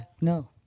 no